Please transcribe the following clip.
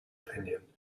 opinion